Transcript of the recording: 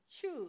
choose